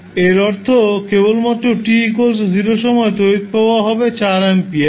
এর অর্থ কেবলমাত্র t0 সময়ে তড়িৎ প্রবাহ হবে 4 এম্পিয়ার